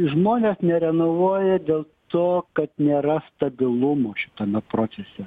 žmonės nerenovuoja dėl to kad nėra stabilumo šitame procese